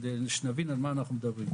כדי שנבין על מה אנחנו מדברים.